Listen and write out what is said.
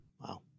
Wow